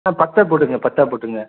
ஆ பத்தே போட்டுக்குங்க பத்தாக போட்டுங்க